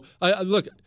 Look